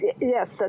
Yes